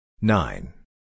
nine